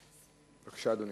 בבקשה, אדוני.